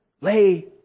lay